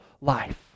life